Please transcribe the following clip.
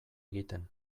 egiten